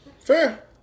Fair